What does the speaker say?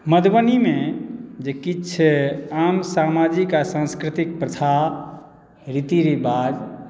मधुबनीमे जे किछु आम सामाजिक आ सांस्कृतिक प्रथा रीति रिवाज